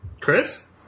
Chris